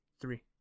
Three